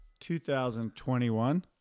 2021